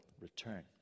return